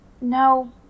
No